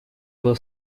был